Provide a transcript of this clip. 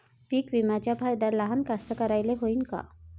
पीक विम्याचा फायदा लहान कास्तकाराइले होईन का?